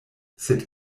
sed